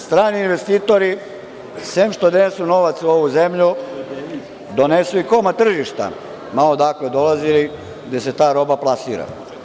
Strani investitori, sem što donesu novac u ovu zemlju, donesu i nova tržišta, ma odakle dolazili, gde se ta roba plasira.